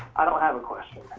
i don't have a question.